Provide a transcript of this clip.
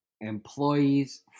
employees